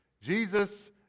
Jesus